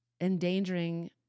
endangering